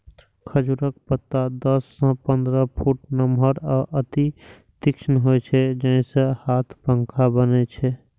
खजूरक पत्ता दस सं पंद्रह फुट नमहर आ अति तीक्ष्ण होइ छै, जाहि सं हाथ पंखा बनै छै